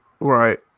right